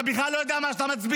אתה בכלל לא יודע על מה אתה מצביע.